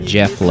Jeff